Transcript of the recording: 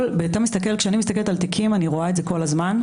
וכשאני מסתכלת על תיקים אני רואה את זה כל הזמן,